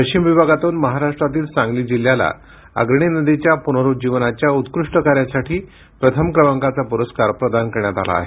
पश्चिम विभागातून महाराष्ट्रातील सांगली जिल्ह्याला अग्रणी नदीच्या पुनरूज्जीवनाच्या उत्कृष्ट कार्यासाठी प्रथम क्रमांकाचा पुरस्कार प्रदान करण्यात आला आहे